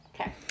Okay